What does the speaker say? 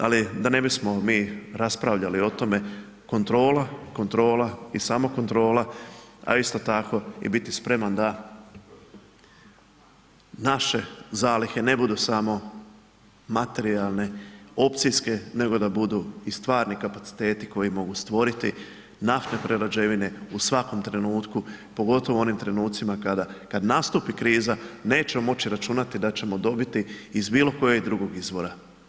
Ali da ne bismo mi raspravljali o tome kontrola, kontrola i samo kontrola a isto tako i biti spreman da naše zalihe ne budu samo materijalne, opcijske nego da budu i stvarni kapaciteti koji mogu stvoriti naftne prerađevine u svakom trenutku pogotovo u onim trenucima kada nastupi kriza, nećemo moći računati da ćemo dobiti iz bilo kojeg drugog izvora.